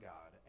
God